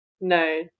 No